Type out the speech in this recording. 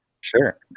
Sure